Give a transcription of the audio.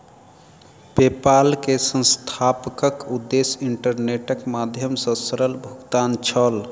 PayPal के संस्थापकक उद्देश्य इंटरनेटक माध्यम सॅ सरल भुगतान छल